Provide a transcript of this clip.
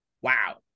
Wow